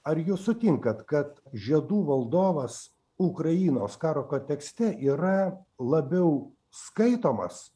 ar jūs sutinkat kad žiedų valdovas ukrainos karo kontekste yra labiau skaitomas